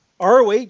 ROH